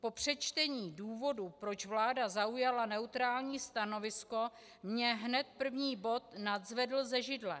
Po přečtení důvodů, proč vláda zaujala neutrální stanovisko, mě hned první bod nadzvedl ze židle.